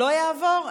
לא יעבור?